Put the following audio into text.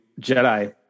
Jedi